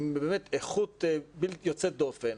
עם איכות יוצאת דופן,